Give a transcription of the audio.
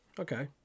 Okay